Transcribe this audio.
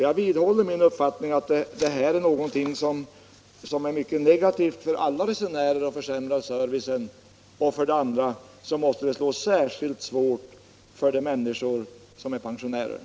Jag vidhåller min uppfattning att höjningen av polletteringskostnaden försämrar servicen och är någonting mycket negativt för resenärerna. Höjningen måste slå särskilt hårt på pensionärerna.